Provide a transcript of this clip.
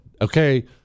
okay